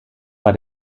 war